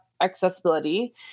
accessibility